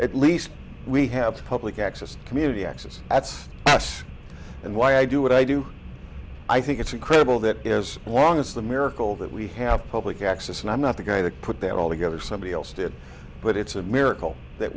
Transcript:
at least we have public access community access that's us and why i do what i do i think it's incredible that as long as the miracle that we have public access and i'm not the guy that put that all together somebody else did but it's a miracle that